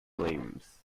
limbs